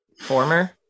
Former